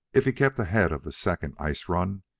if he kept ahead of the second ice-run,